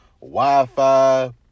Wi-Fi